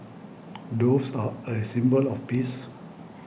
doves are a symbol of peace